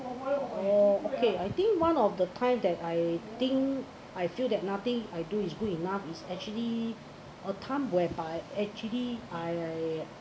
oh okay I think one of the time that I think I feel that nothing I do is good enough is actually a time whereby actually I